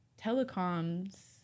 telecoms